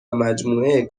مجموعه